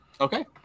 Okay